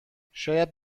شاید